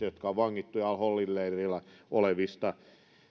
jotka ovat vangittuina al holin leirillä